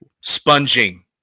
sponging